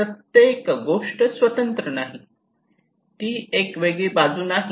एक प्रत्येक गोष्ट स्वतंत्र नाही ती एक वेगळी बाजू नाही